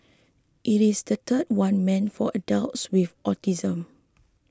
it is the third one meant for adults with autism